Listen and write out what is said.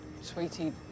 sweetie